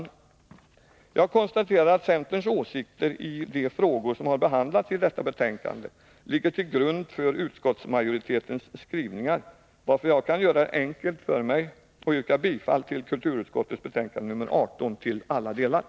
Jag konstaterar att centerns åsikter i de frågor som har behandlats i detta betänkande ligger till grund för utskottsmajoritetens skrivningar, varför jag kan göra det enkelt för mig. Jag yrkar således på samtliga punkter bifall till hemställan i kulturutskottets betänkande nr 18.